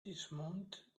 dismounted